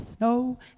no